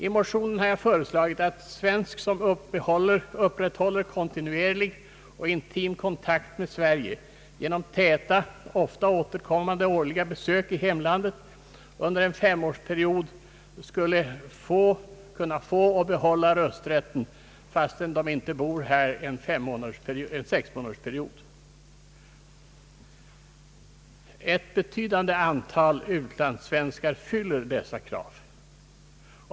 I motionen har jag föreslagit att svensk som upprätthåller kontinuerlig och intim kontakt med Sverige genom täta, ofta årliga besök i hemlandet skulle kunna få och behålla rösträtt, fastän han inte bor här sex månader varje femårsperiod. Ett betydande antal utlandssvenskar fyller dessa krav.